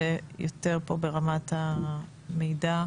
זה יותר פה ברמת המידע,